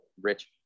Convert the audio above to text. rich